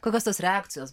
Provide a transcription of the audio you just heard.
kokios tos reakcijos